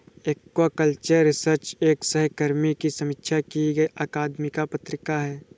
aquaculture research एक सहकर्मी की समीक्षा की गई अकादमिक पत्रिका है